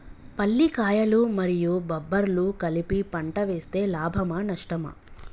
పల్లికాయలు మరియు బబ్బర్లు కలిపి పంట వేస్తే లాభమా? నష్టమా?